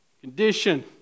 condition